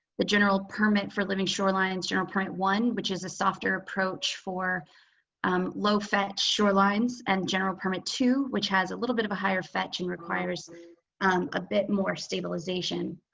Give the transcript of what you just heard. the general permit for living shorelines general permit one, which is a softer approach for um low fetch shorelines and general permit two which has a little bit of a higher fetch and requires um a bit more stabilization.